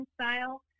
style